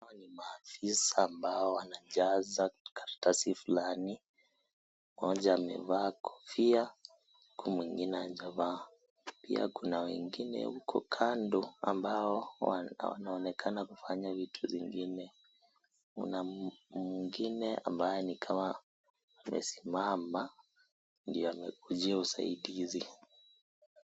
Hao ni Maafisa ambao wanajaza karatasi fulani mmoja amevaa kofia na huku mwingine hajavaa pia kuna wengine huko kando ambao wanaonekana kufanya vitu zingine kuna mwingine ambaye nikama amesimama ni kama ndio amekujia usaidizi.